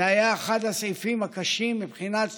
זה היה אחד הסעיפים הקשים מבחינת